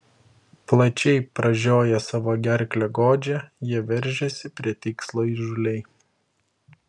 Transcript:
plačiai pražioję savo gerklę godžią jie veržiasi prie tikslo įžūliai